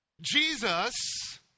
Jesus